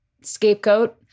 scapegoat